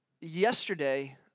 Yesterday